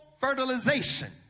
fertilization